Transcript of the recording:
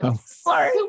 Sorry